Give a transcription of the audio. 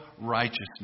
righteousness